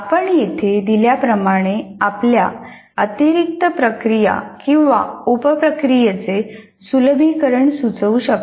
आपण येथे दिल्याप्रमाणे आपल्या अतिरिक्त प्रक्रिया किंवा उप प्रक्रियेचे सुलभीकरण सुचवू शकता